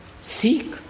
seek